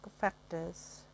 factors